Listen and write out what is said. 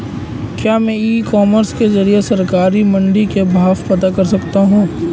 क्या मैं e commerce के ज़रिए सरकारी मंडी के भाव पता कर सकता हूँ?